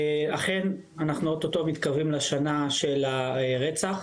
אכן, אנחנו אוטוטו מתקרבים לשנה של הרצח,